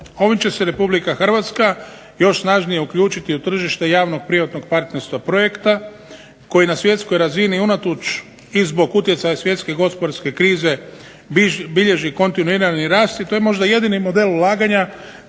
Ovim će se RH još snažnije uključiti u tržište javno-privatnog partnerstva projekta koji na svjetskoj razini unatoč i zbog utjecaja svjetske gospodarske krize bilježi kontinuirani rast i to je možda jedini model ulaganja